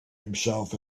himself